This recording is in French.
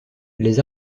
les